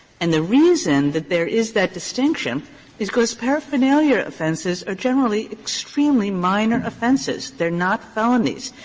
and the reason that there is that distinction is because paraphernalia offenses are generally extremely minor offenses they're not felonies.